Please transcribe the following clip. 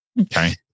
Okay